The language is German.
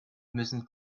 müssten